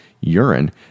urine